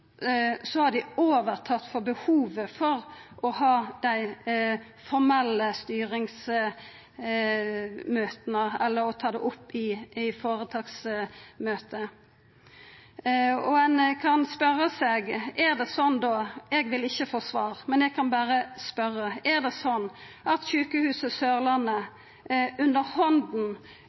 har tatt over for behovet for å ha dei formelle styringsmøta eller for å ta det opp i føretaksmøte. Ein kan spørja seg – eg vil ikkje få svar, men eg kan berre spørja – er det slik at Sørlandet sykehus, under